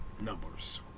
numbers